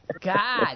God